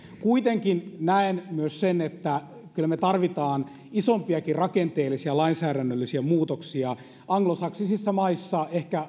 kuitenkin näen myös sen että kyllä me tarvitsemme isompiakin rakenteellisia lainsäädännöllisiä muutoksia anglosaksisissa maissa ehkä